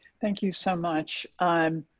thank you so much i'm